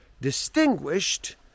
distinguished